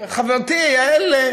חברתי יעל,